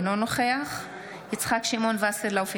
אינו נוכח יצחק שמעון וסרלאוף,